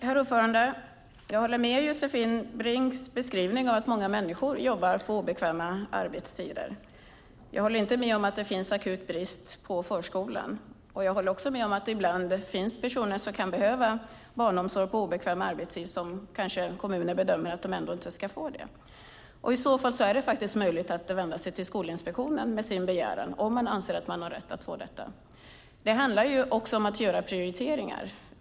Herr talman! Jag håller med om Josefin Brinks beskrivning att många människor jobbar på obekväma arbetstider. Jag håller inte med om att det finns en akut brist på förskola. Men jag håller också med om att det ibland finns personer som kan behöva barnomsorg på obekväm arbetstid som kommuner kanske ändå bedömer inte ska få det. I så fall är det möjligt att vända sig till Skolinspektionen med sin begäran, om man anser att man har rätt att få detta. Det handlar också om att göra prioriteringar.